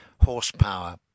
horsepower